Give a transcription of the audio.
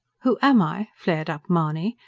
who am i? flared up mahony.